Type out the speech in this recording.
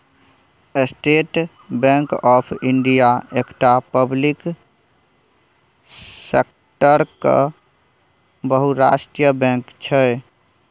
state Bank of India एकटा पब्लिक सेक्टरक बहुराष्ट्रीय बैंक छै